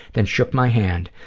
then shook my hand,